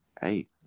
hey